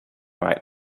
right